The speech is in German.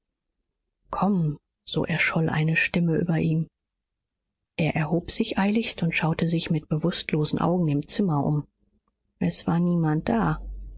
komm so erscholl eine stimme über ihm er erhob sich eiligst und schaute sich mit bewußtlosen augen im zimmer um es war niemand da